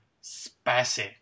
spicy